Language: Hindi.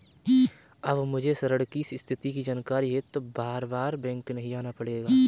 अब मुझे ऋण की स्थिति की जानकारी हेतु बारबार बैंक नहीं जाना पड़ेगा